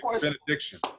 benediction